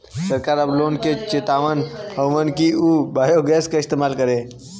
सरकार अब लोग के चेतावत हउवन कि उ बायोगैस क इस्तेमाल करे